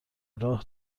راه